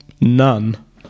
None